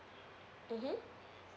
mmhmm